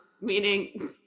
meaning